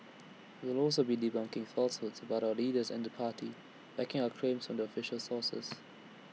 we will also be debunking falsehoods about our leaders and the party backing our claims from official sources